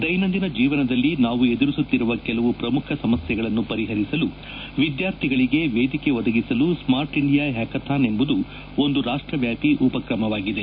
ದೈನಂದಿನ ಜೀವನದಲ್ಲಿ ನಾವು ಎದುರಿಸುತ್ತಿರುವ ಕೆಲವು ಪ್ರಮುಖ ಸಮಸ್ಯೆಗಳನ್ನು ಪರಿಹರಿಸಲು ವಿದ್ಯಾರ್ಥಿಗಳಿಗೆ ವೇದಿಕೆ ಒದಗಿಸಲು ಸ್ಟಾರ್ಟ್ ಇಂಡಿಯಾ ಹ್ಯಾಕಥಾನ್ ಎಂಬುದು ಒಂದು ರಾಷ್ಟ್ರವ್ಯಾಪಿ ಉಪಕ್ರಮವಾಗಿದೆ